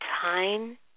time